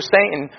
Satan